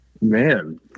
Man